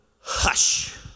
hush